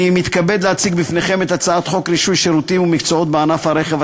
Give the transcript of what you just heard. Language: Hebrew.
אני מתכבד להציג בפניכם את הצעת חוק רישוי שירותים ומקצועות בענף הרכב,